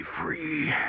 free